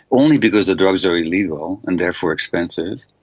only because the drugs are illegal and therefore expensive.